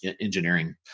engineering